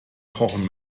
kochen